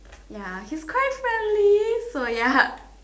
ya he's quite friendly so ya